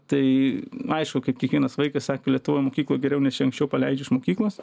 tai aišku kaip kiekvienas vaikas sako lietuvoj mokykloj geriau nes čia anksčiau paleidžia iš mokyklos